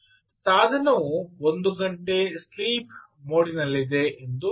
ಸಾಧನವು ಒಂದು ಗಂಟೆ ಸ್ಲೀಪ್ ಮೋಡಿನಲ್ಲಿದೆ ಎಂದು ಹೇಳೋಣ